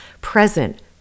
present